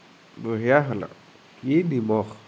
বঢ়িয়া হ'ল আৰু কি নিমখ